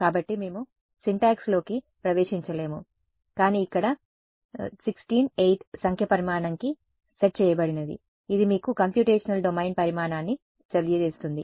కాబట్టి మేము సింటాక్స్ లోకి ప్రవేశించలేము కానీ ఇక్కడ 16 8 సంఖ్య పరిమాణంకి సెట్ చేయబడినది ఇది మీకు కంప్యూటేషనల్ డొమైన్ పరిమాణాన్ని తెలియజేస్తోంది